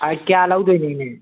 ꯀꯌꯥ ꯂꯧꯗꯣꯏꯅꯣ ꯏꯅꯦ